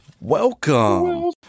Welcome